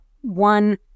one